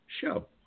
Show